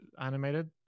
animated